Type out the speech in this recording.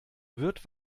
wird